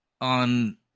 on